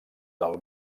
del